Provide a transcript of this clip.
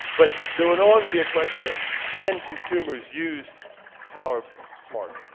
but there will no longer be a question of can consumers use power smarter.